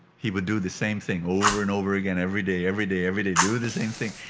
he would do the same thing over and over again. every day. every day. every day. do the same thing.